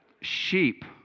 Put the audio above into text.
sheep